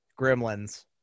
Gremlins